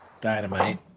Dynamite